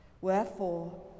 Wherefore